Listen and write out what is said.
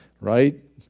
right